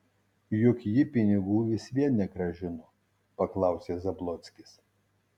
juk ji pinigų vis vien negrąžino paklausė zablockis